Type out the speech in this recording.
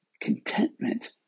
contentment